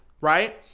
right